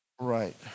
Right